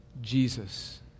Jesus